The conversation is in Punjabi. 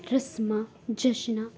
ਰਸਮਾਂ ਜਸ਼ਨਾਂ